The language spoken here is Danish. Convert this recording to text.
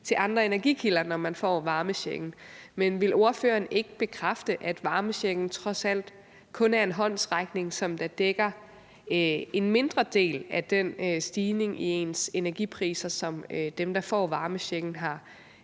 til andre energikilder, når man får varmechecken. Men vil ordføreren ikke bekræfte, at varmechecken trods alt kun er en håndsrækning, som dækker en mindre del af den stigning i energipriserne, som dem, der får varmechecken, har